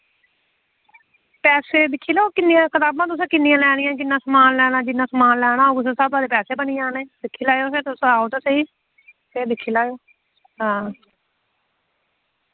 पैसे दिक्खी लैओ किन्नियां कताबां तुसें किन्नियां लैनियां किन्ना समान लैना जिन्ना समान लैना होग उस स्हाबा दे पैसे बनी जाने दिक्खी लैयो फिर तुस आओ ते सेहि फिर दिक्खी लैयो हां